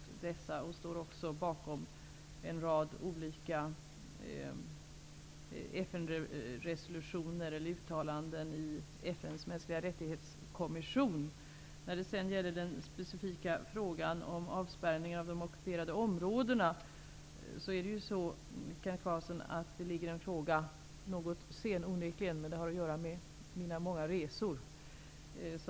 Sverige står också bakom en rad resolutioner och uttalanden i FN:s kommission för mänskliga rättigheter. Den specifika frågan om avspärrningar av de ockuperade områdena skall avhandlas den 18 maj. Det är onekligen något sent, men det har att göra med mina många resor.